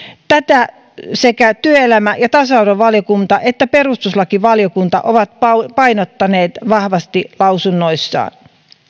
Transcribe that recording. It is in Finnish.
tätä sekä työelämä ja tasa arvovaliokunta että perustuslakivaliokunta ovat painottaneet vahvasti lausunnoissaan